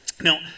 Now